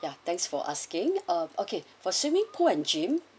ya thanks for asking ah okay for swimming pool and gym